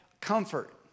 comfort